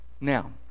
Now